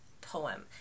poem